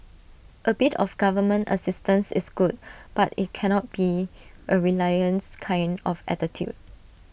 A bit of government assistance is good but IT cannot be A reliance kind of attitude